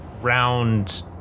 Round